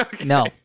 No